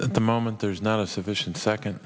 the moment there's not a sufficient second